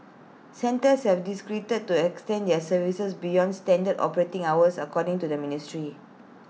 centres have discrete to extend their services beyond standard operating hours according to the ministry